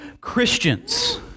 Christians